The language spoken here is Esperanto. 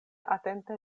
atente